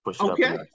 Okay